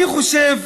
אני חושב